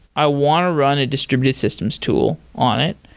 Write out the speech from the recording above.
i want to run a distributed systems tool on it.